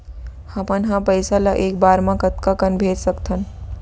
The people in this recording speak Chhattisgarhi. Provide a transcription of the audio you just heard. हमन ह पइसा ला एक बार मा कतका कन भेज सकथन?